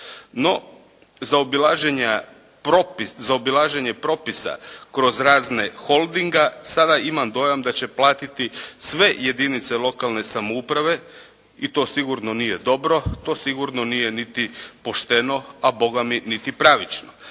No, zaobilaženje propisa kroz razne Holdinga sada imam dojam da će platiti sve jedinice lokalne samouprave i to sugurno nije dobro, to sigurno nije niti pošteno, a boga mi niti pravično.